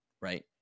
Right